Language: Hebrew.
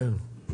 כן.